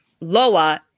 lower